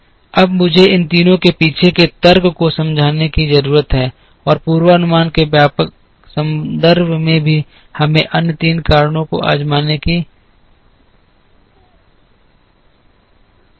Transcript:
अब मुझे इन तीनों के पीछे के तर्क को भी समझाने की जरूरत है और पूर्वानुमान के व्यापक संदर्भ में भी हमें अन्य तीन कारणों को आजमाने और समझने की जरूरत है